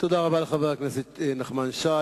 תודה רבה לחבר הכנסת נחמן שי.